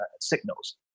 signals